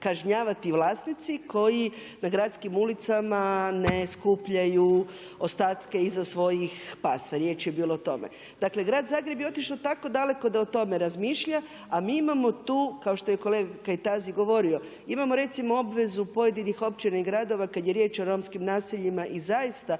kažnjavati vlasnici koji na gradskim ulicama ne skupljaju ostatke iza svojih pasa, riječ je bilo o tome. Dakle grad Zagreb je otišao tako daleko da o tome razmišlja, a mi imamo tu kao što je kolega Kajtazi govorio imamo recimo obvezu pojedinih općina i gadova kada je riječ o romskim naseljima i zaista